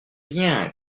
bien